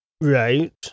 Right